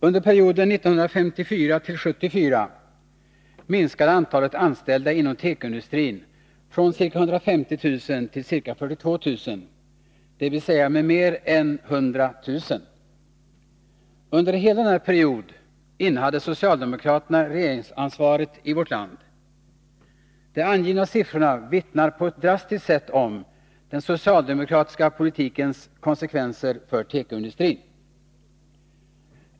Herr talman! Under perioden 1954-1974 minskade antalet anställda inom tekoindustrin från ca 150 000 till ca 42 000, dvs. med mer än 100 000. Under hela denna period innehade socialdemokraterna regeringsansvaret i vårt land. De angivna siffrorna vittnar på ett drastiskt sätt om den socialdemokratiska politikens konsekvenser för tekoindustrin.